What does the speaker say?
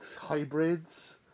hybrids